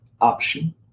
option